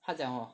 他讲什么